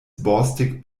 borstig